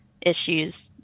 issues